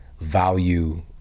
value